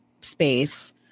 space